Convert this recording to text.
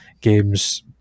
games